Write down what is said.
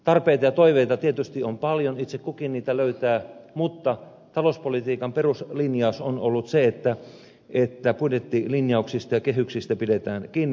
tarpeita ja toiveita tietysti on paljon itse kukin niitä löytää mutta talouspolitiikan peruslinjaus on ollut se että budjettilinjauksista ja kehyksistä pidetään kiinni